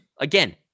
Again